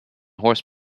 horse